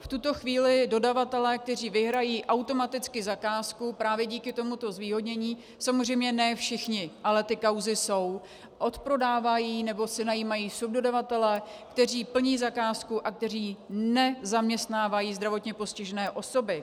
V tuto chvíli dodavatelé, kteří vyhrají automaticky zakázku právě díky tomuto zvýhodnění, samozřejmě ne všichni, ale ty kauzy jsou, odprodávají nebo si najímají subdodavatele, kteří plní zakázku a kteří nezaměstnávají zdravotně postižené osoby.